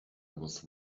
was